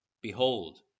Behold